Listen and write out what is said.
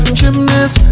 gymnast